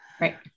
Right